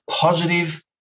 positive